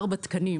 ארבעה תקנים,